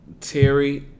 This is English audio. Terry